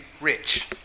rich